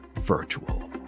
virtual